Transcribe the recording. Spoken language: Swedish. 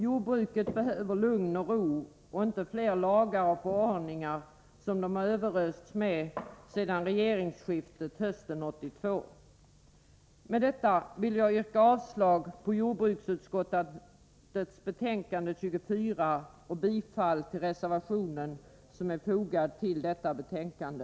Jordbruket behöver lugn och ro, och inte fler lagar och förordningar, som de överösts med efter regeringsskiftet hösten 1982. Med detta korta inlägg vill jag yrka avslag på hemställan i jordbruksutskottets betänkande 24 och bifall till den reservation som är fogad till detta betänkande.